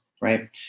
right